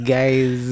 guys